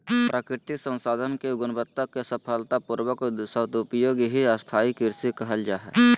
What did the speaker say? प्राकृतिक संसाधन के गुणवत्ता के सफलता पूर्वक सदुपयोग ही स्थाई कृषि कहल जा हई